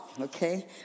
okay